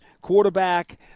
quarterback